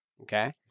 Okay